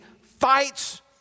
fights